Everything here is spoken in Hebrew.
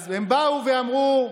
אז הם באו ואמרו,